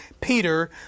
Peter